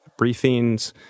briefings